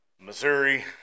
Missouri